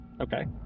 Okay